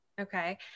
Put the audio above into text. Okay